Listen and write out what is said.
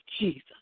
Jesus